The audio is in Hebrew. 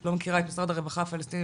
לא מכירה את משרד הרווחה הפלסטיני,